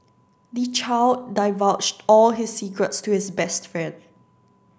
the child divulged all his secrets to his best friend